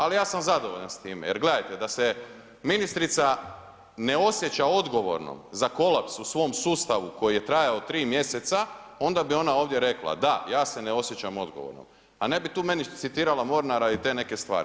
Ali ja sam zadovoljan s time jer gledajte da se ministrica ne osjeća odgovornom za kolaps u svom sustavu koji je trajao 3 mjeseca onda bi ona ovdje rekla, da ja se ne osjećam odgovornom, a ne bi tu meni citirala Mornara i te neke stvari.